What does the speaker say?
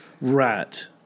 right